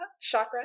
Chakra